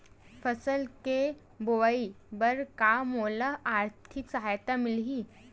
फसल के बोआई बर का मोला आर्थिक सहायता मिलही?